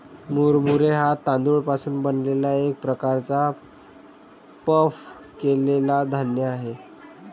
मुरमुरे हा तांदूळ पासून बनलेला एक प्रकारचा पफ केलेला धान्य आहे